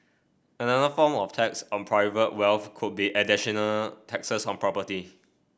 another form of tax on private wealth could be additional taxes on property